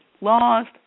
lost